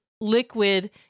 liquid